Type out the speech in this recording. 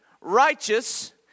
righteous